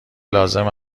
لازم